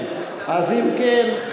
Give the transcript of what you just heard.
אם כן,